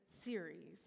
series